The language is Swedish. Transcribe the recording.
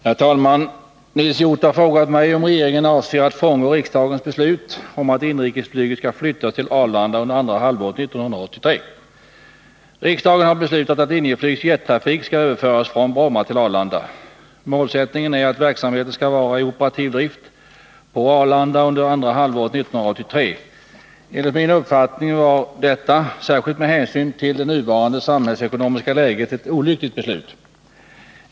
Herr talman! Nils Hjorth har frågat mig om regeringen avser att frångå riksdagens beslut om att inrikesflyget skall flyttas till Arlanda under andra halvåret 1983. Riksdagen har beslutat att Linjeflygs jettrafik skall överföras från Bromma till Arlanda. Målsättningen är att verksamheten skall vara i operativ drift på Arlanda under andra halvåret 1983. Enligt min uppfattning var detta, särskilt med hänsyn till det nuvarande samhällsekonomiska läget, ett olyckligt beslut.